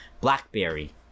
BlackBerry